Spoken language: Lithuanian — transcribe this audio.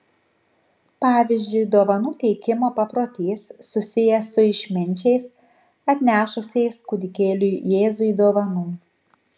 pavyzdžiui dovanų teikimo paprotys susijęs su išminčiais atnešusiais kūdikėliui jėzui dovanų